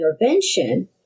intervention